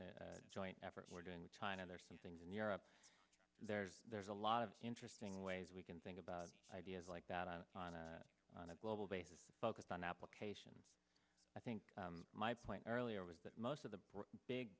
joint effort we're doing with china there are some things in europe there's there's a lot of interesting ways we can think about ideas like that on a on a global basis focused on application i think my point earlier was that most of the big